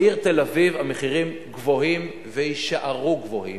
בעיר תל-אביב המחירים גבוהים, ויישארו גבוהים,